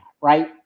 Right